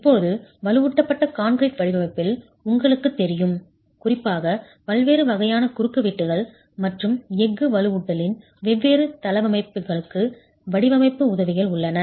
இப்போது வலுவூட்டப்பட்ட கான்கிரீட் வடிவமைப்பில் உங்களுக்குத் தெரியும் குறிப்பாக பல்வேறு வகையான குறுக்குவெட்டுகள் மற்றும் எஃகு வலுவூட்டலின் வெவ்வேறு தளவமைப்புகளுக்கு வடிவமைப்பு உதவிகள் உள்ளன